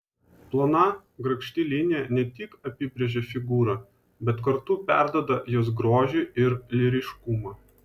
plona grakšti linija ne tik apibrėžia figūrą bet kartu perduoda jos grožį ir lyriškumą